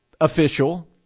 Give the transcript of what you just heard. official